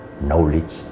knowledge